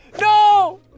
No